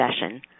session